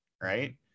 right